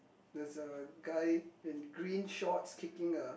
there's a guy in green shorts kicking a